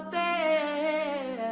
ah a